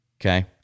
Okay